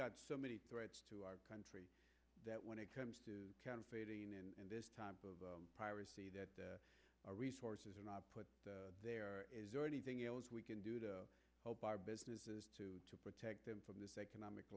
got so many threats to our country that when it comes to kind of fading and this type of piracy that our resources are not put there is there anything else we can do to help our businesses to to protect them from this economic